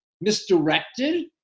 misdirected